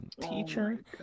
teacher